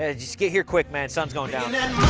ah just get here quick, man. sun's going down.